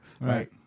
right